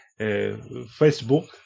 facebook